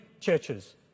churches